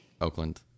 Oakland